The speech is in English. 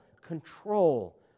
control